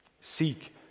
Seek